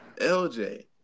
LJ